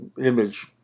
image